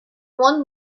one